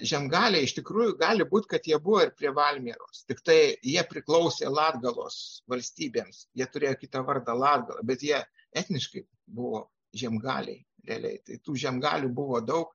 žiemgaliai iš tikrųjų gali būt kad jie buvo ir prie valmieros tiktai jie priklausė latgalos valstybėms jie turėjo kitą vardą latgala bet jie etniškai buvo žiemgaliai realiai tai tų žiemgalių buvo daug